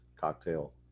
cocktail